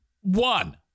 One